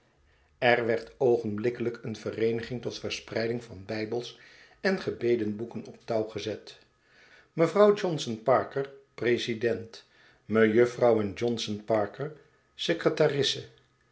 er werd oogenblikkelijk een vereeniging tot verspreiding van bijbels en gebedenboeken op touw gezet mevrouw johnson parker president mejuffrouwen johnson parker secretarisse